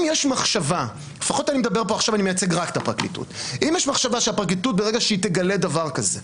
אם יש מחשבה שהפרקליטות, ברגע שהיא תגלה דבר כזה,